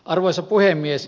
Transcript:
arvoisa puhemies